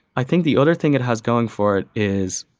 i think the other thing it has going for it is,